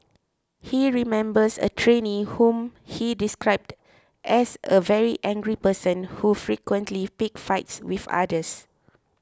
he remembers a trainee whom he described as a very angry person who frequently picked fights with others